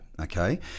okay